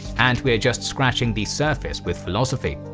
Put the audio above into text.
and we are just scratching the surface with philosophy.